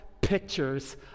pictures